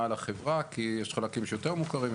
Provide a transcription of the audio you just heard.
על החברה כי יש חלקים שיותר מוכרים,